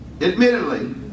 Admittedly